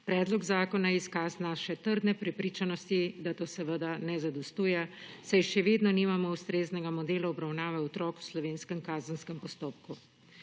Predlog zakona je izkaz naše trdne prepričanosti, da to ne zadostuje, saj še vedno nimamo ustreznega modela obravnave otrok v slovenskem kazenskem postopku.